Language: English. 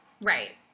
Right